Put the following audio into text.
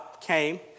came